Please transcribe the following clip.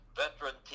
veteran